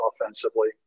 offensively